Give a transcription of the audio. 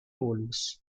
holmes